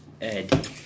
Ed